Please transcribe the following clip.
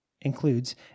includes